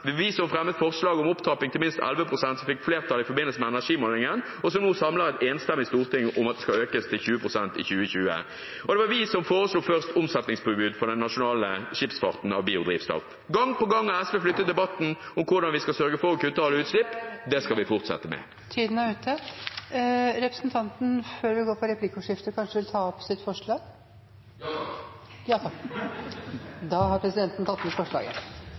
om opptrapping til minst 11 pst., som fikk flertall i forbindelse med energimeldingen, og som nå samler et enstemmig storting om en økning til 20 pst. i 2020. Det var vi som først foreslo et omsetningspåbud på biodrivstoff for den nasjonale skipsfarten. Gang på gang har SV flyttet debatten om hvordan vi skal sørge for å kutte alle utslipp. Det skal vi fortsette med. Jeg tar opp SVs forslag. Representanten